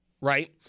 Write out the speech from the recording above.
right